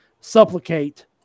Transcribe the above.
supplicate